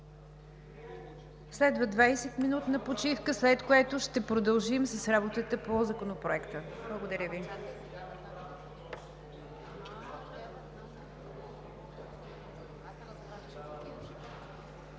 Следва 20-минутна почивка, след което ще продължим с работата по Законопроекта. Благодаря Ви.